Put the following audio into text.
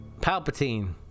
Palpatine